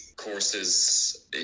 courses